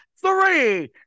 three